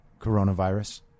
coronavirus